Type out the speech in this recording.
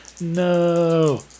No